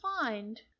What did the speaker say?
find